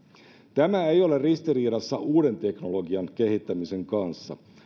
tämä ei ole ristiriidassa uuden teknologian kehittämisen kanssa